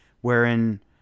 wherein